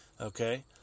Okay